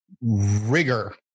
Rigor